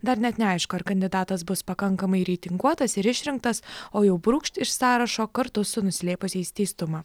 dar net neaišku ar kandidatas bus pakankamai reitinguotas ir išrinktas o jau brūkšt iš sąrašo kartu su nuslėpusiais teistumą